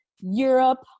Europe